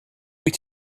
wyt